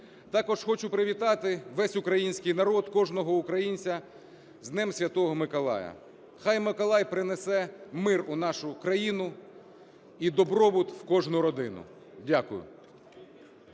Також хочу привітати весь український народ, кожного українця з Днем Святого Миколая! Хай Миколай принесе мир у нашу країну і добробут в кожну родину. Дякую.